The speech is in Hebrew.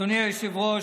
אדוני היושב-ראש,